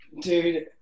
Dude